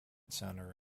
center